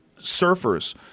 surfers